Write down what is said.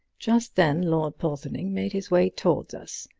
just then lord porthoning made his way toward us.